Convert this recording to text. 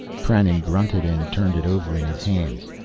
krannon grunted and turned it over in his hands.